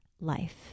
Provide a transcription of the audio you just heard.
life